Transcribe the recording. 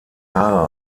haare